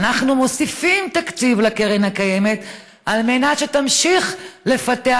ואנחנו מוסיפים תקציב לקרן הקיימת על מנת שתמשיך לפתח